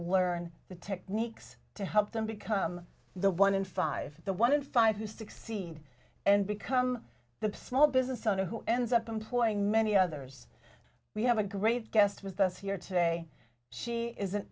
learn the techniques to help them become the one in five the one in five who succeed and become the small business owner who ends up employing many others we have a great guest with us here today she is an